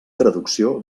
traducció